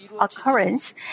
occurrence